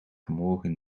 vanmorgen